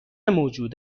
موجود